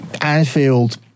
Anfield